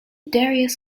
darius